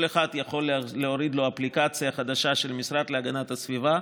כל אחד יכול להוריד לו אפליקציה חדשה של המשרד להגנת הסביבה,